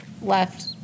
left